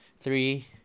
three